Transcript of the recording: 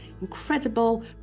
incredible